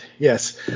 Yes